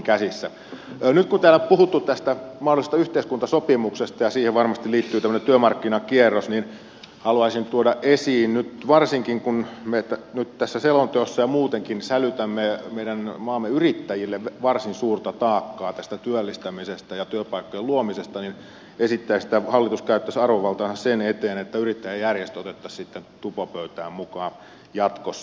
nyt kun täällä on puhuttu tästä mahdollisesta yhteiskuntasopimuksesta ja siihen varmasti liittyy tämmöinen työmarkkinakierros niin haluaisin tuoda esiin ja esittäisin varsinkin kun me nyt tässä selonteossa ja muutenkin sälytämme meidän maamme yrittäjille varsin suurta taakkaa tästä työllistämisestä ja työpaikkojen luomisesta että hallitus käyttäisi arvovaltaansa sen eteen että yrittäjäjärjestöt otettaisiin tupopöytään mukaan jatkossa